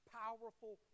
powerful